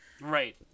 Right